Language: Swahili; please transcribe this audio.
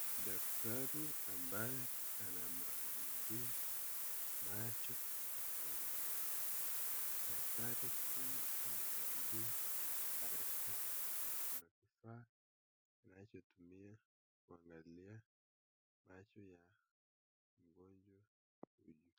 Daktari ambaye anamwangalilia macho mgonjwa, daktari huyu amevalia barakoa na kifaa anachotumia kuangalia macho ya mgonjwa huyu.